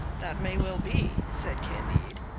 that may well be, said candide.